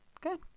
Good